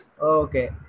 okay